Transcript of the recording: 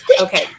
okay